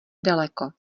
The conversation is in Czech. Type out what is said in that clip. daleko